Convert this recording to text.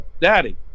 daddy